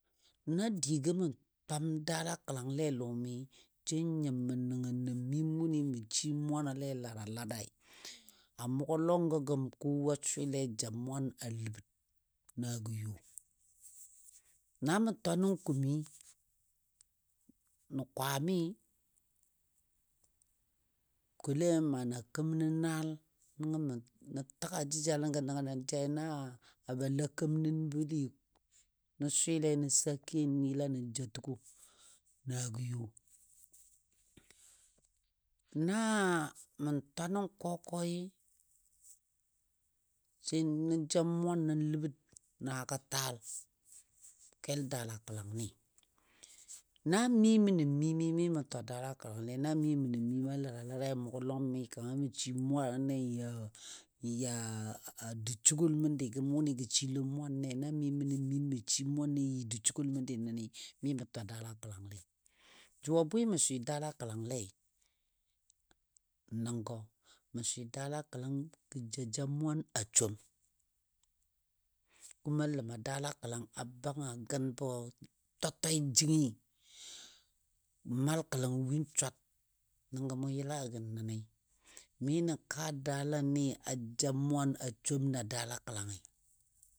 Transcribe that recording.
Na digɔ mə twam daala kəlangle a lɔmi, sai nyim mən nəngnə miim wʊni mə shim mwanle lada ladai. A mʊgɔ lɔgɔ gəm kowa swɨle a ja mwan a ləbər naago yo namə twa nən kumi, nən kwaami mə kole mana keməno naal nəngɔ mə nən təga jəjalən gɔ nən ja, na ba la keməno bəbəli nə swɨ nən sake nən jəla ə ja təgɔ nagɔ yo. Na mən twa nən kɔkɔi sai nən ja mwan nən ləbər naagɔ taal kel daala kəlangni Na mi mə nən miimi mi mə twa daala kəlangle na mi mən nən miim a lada ladai a mʊgɔ lɔng mi kanga mə shim mwane n ya a dushigol məndi gəm wʊnɨ gə shilom mwane, na mi mə nən miim mə shim mwane yi dushigol məndi nəni mi mə twa daala kəlangle. Jʊ a bwɨ mə swɨ daala kəlangle nəngɔ, mə swɨ daala kəlang gə jaja mwan a som. kuma ləma daala kəlang a banga gən bɔ twa twai jangɨ, mal kəlangɔ win swar, nəngɔ mou yəla gən nəni mi nən kaa daala ni a ja mwan a som na daala kəlangɨ.